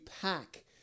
pack